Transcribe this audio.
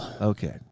Okay